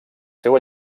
seu